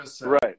Right